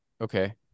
Okay